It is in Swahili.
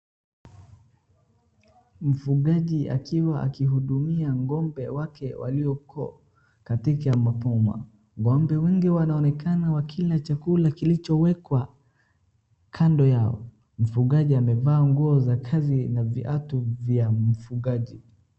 Mfugaji akiwa akihudumia ng'ombe wake walioko katika huduma.Ng'ombe wengi wanaonekana wakila chakula kilichowekwa kando yao. Mfugaji amevaa nguo za kazi na viatu vya mfugaji.